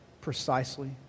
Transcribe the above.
precisely